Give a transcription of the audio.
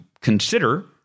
consider